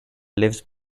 lives